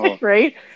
Right